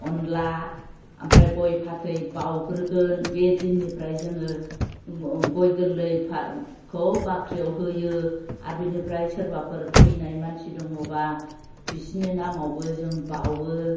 अनद्ला आमफ्राय गय फाथै बाउग्रोगोन बे दिननिफ्राय जोङो गय गोरलैखौ बाख्रियाव होयो आरो बिनिफ्राय सोरबाफोर थैनाय मानसि दङब्ला बिसोरनि नामावबो जों बाउओ